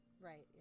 Right